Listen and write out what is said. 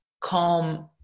calm